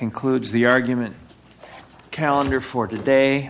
concludes the argument calendar for today